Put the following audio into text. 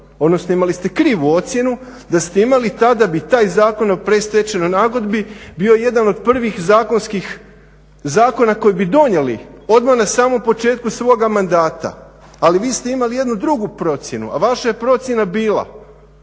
odnosno imali ste krivu ocjenu da ste imali tada bi taj Zakon o predstečajnoj nagodbi bio jedan od prvih zakonskih zakona koje bi donijeli odmah na samom početku svoga mandata, ali vi ste imali jednu drugu procjenu, a vaša je procjena bila